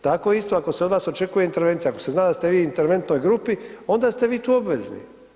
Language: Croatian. Tako isto ako se od vas očekuje intervencija, ako se zna da ste vi u interventnoj grupi, onda ste vi tu obvezni.